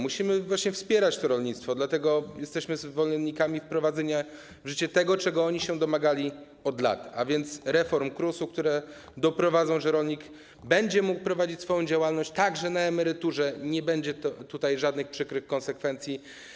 Musimy wspierać rolnictwo, dlatego jesteśmy zwolennikami wprowadzenia w życie tego, czego oni się domagali od lat, a więc reform KRUS, które doprowadzą do tego, że rolnik będzie mógł prowadzić swoją działalność także na emeryturze, nie będzie tutaj żadnych przykrych konsekwencji.